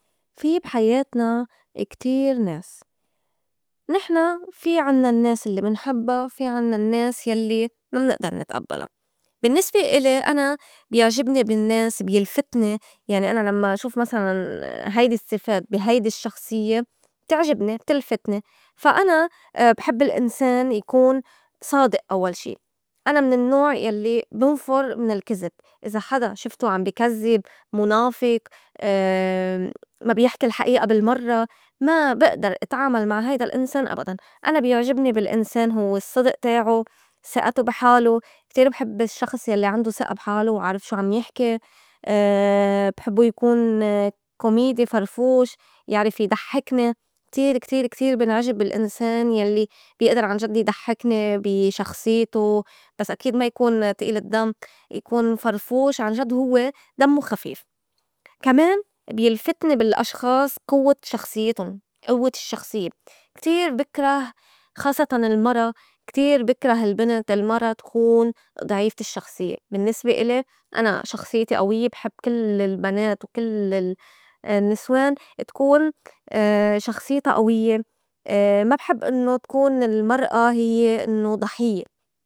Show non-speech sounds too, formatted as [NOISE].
في بحياتنا كتير ناس. نحن في عنّا النّاس الّي منحبّا، في عنّا النّاس يلّي ما منئدر نتقبلها. بالنّسبة إلي أنا بيعجبني بالنّاس بيلفتني يعني أنا لمّا شوف مسلاً هيدي الصّفات بي هيدي الشخصيّة بتعجبني بتلفتني. فا أنا بحب الأنسان يكون صادق أوّل شي أنا من النّوع يلّي بنفُر من الكزب إذا حدا شفته عم بكزّب، مُنافق، [HESITATION] ما بيحكي الحقيقة بالمرّة، ما بقدر أتعامل مع هيدا الأنسان أبداً أنا بيعجبني بال أنسان هوّ الصّدق تاعوا، سئتو بي حالو، كتير بحب الشّخص يلّي عنده سئة بحالو وعارف شو عم يحكي، [HESITATION] بحبّو يكون كوميدي، فرفوش، يعرف يضحّكني، كتير- كتير- كتير بنعجب بالإنسان يلّي بيقدر عنجد يضحّكني بي شخصيته بس أكيد ما يكون تقيل الدّم يكون فرفوس عنجد هو دمه خفيف. كمان بيلفتني بالأشخاص قوّة شخصيّةٌ، قوّة الشخصيّة كتير بكره خاصّتاً المرا كتير بكره البنت المرا تكون ضعيفة الشخصيّة بالنّسبة إلي أنا شخصيتي قويّة بحب كل البنات وكل ال- النسوان تكون [HESITATION] شخصيتها قويّة [HESITATION] ما بحب إنّو تكون المرأة هيّ إنّو ضحيّة.